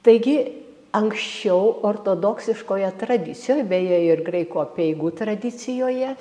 taigi anksčiau ortodoksiškoje tradicijoj beje ir graikų apeigų tradicijoje